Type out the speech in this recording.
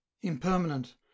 impermanent